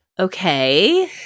okay